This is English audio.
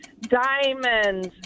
Diamonds